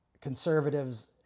conservatives